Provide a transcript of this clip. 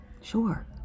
Sure